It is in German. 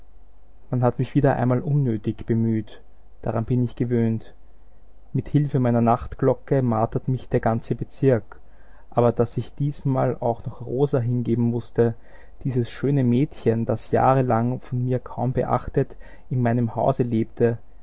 man hat mich wieder einmal unnötig bemüht daran bin ich gewöhnt mit hilfe meiner nachtglocke martert mich der ganze bezirk aber daß ich diesmal auch noch rosa hingeben mußte dieses schöne mädchen das jahrelang von mir kaum beachtet in meinem hause lebte